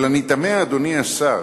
אבל אני תמה, אדוני השר,